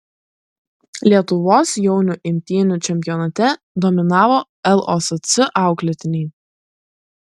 lietuvos jaunių imtynių čempionate dominavo losc auklėtiniai